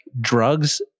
drugs